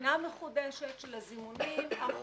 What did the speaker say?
בחינה מחודשת של הזימונים החוזרים